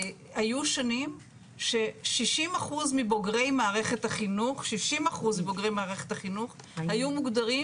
היו שנים ש-60% מבוגרי מערכת החינוך היו מוגדרים